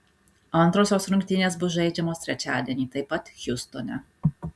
antrosios rungtynės bus žaidžiamos trečiadienį taip pat hjustone